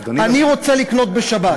אדוני לא שמע, אני רוצה לקנות בשבת.